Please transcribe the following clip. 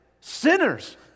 sinners